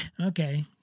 Okay